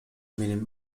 менен